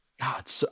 God